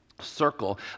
circle